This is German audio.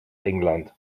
england